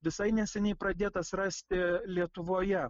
visai neseniai pradėtas rasti lietuvoje